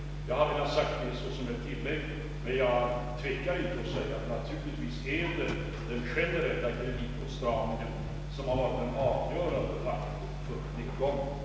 Jag har velat göra detta tillägg men tvekar inte att säga, att den generella kreditåtstramningen naturligtvis har varit den avgörande orsaken till nedgången.